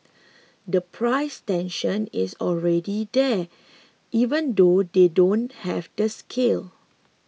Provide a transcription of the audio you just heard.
the price tension is already there even though they don't have the scale